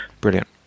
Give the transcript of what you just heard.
brilliant